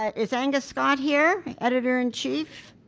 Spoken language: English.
ah is angus scott here, editor in chief.